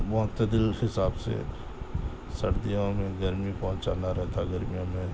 معتدل حساب سے سردیوں میں گرمی پہنچانا رہتا گرمیوں میں